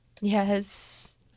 Yes